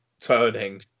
turning